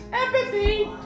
Empathy